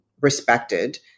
respected